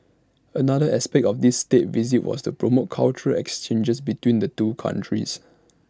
another aspect of this State Visit was to promote cultural exchanges between the two countries